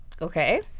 Okay